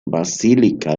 basílica